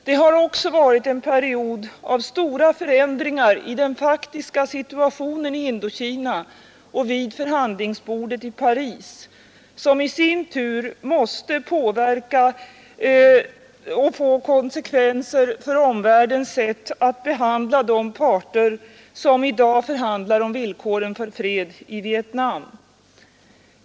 Det har också varit en period av stora förändringar i den faktiska situationen i Indokina och vid förhandlingsbordet i Paris, som i sin tur måste påverka och få konsekvenser för omvärldens sätt att behandla de parter som i dag förhandlar om villkor för fred i Vietnam.